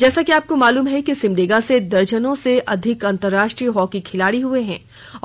जैसा कि आपको मालूम है कि सिमडेगा से दर्जनों से अधिक अंतरराष्ट्रीय हॉकी खिलाड़ी हुए हैं